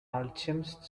alchemist